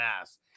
ass